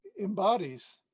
embodies